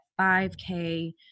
5K